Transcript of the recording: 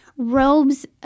robes